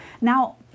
Now